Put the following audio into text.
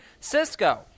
Cisco